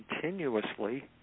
continuously